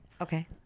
Okay